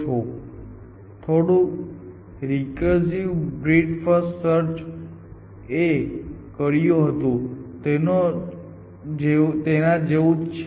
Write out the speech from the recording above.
જે થોડું recursive breadth first search એ કર્યું હતું તેના જેવું જ છે